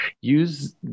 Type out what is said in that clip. use